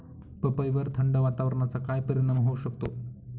पपईवर थंड वातावरणाचा काय परिणाम होऊ शकतो?